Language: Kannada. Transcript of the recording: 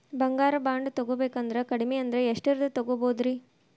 ಬಂಗಾರ ಬಾಂಡ್ ತೊಗೋಬೇಕಂದ್ರ ಕಡಮಿ ಅಂದ್ರ ಎಷ್ಟರದ್ ತೊಗೊಬೋದ್ರಿ?